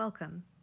Welcome